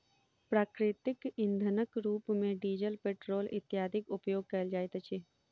प्राकृतिक इंधनक रूप मे डीजल, पेट्रोल इत्यादिक उपयोग कयल जाइत अछि